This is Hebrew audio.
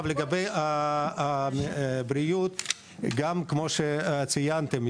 לגבי הבריאות גם כמו שציינתם,